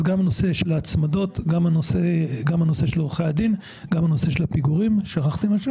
זה לא חל אחורה, אנחנו מחילים קדימה.